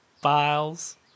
files